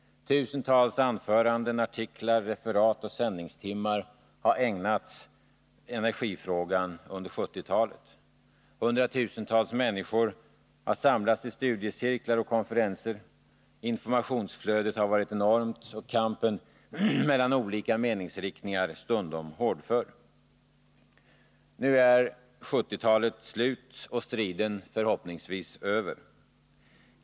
Tusentals anföranden, artiklar, referat och sändningstimmar har ägnats energifrågan under 1970-talet. Hundratusentals människor har samlats till studiecirklar och konferenser. Informationsflödet har varit enormt och kampen mellan olika meningsriktningar stundom hårdför. Nu är 1970-talet slut och striden förhoppningsvis över.